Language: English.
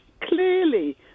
clearly